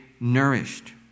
Nourished